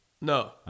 No